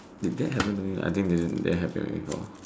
did that happen to me I think that happen to me before